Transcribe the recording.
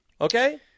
Okay